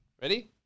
Ready